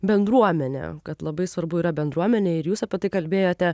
bendruomenę kad labai svarbu yra bendruomenė ir jūs apie tai kalbėjote